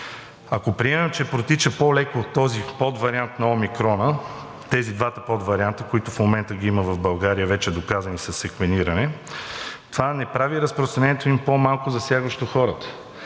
Ако приемем, че протича по-леко този подвариант на омикрона – тези двата подварианта, които в момента ги има в България, вече доказани със секвениране, това не прави разпространението им по-малко засягащо хората.